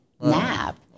nap